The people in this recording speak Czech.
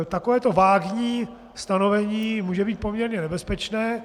Takovéto vágní stanovení může být poměrně nebezpečné.